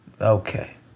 Okay